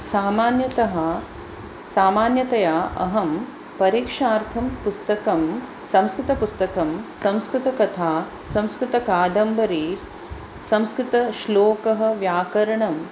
सामान्यतः सामान्यतया अहं परीक्षार्थं पुस्तकं संस्कृतपुस्तकं संस्कृतकथा संस्कृतकादम्बरि संस्कृतश्लोकः व्याकरणं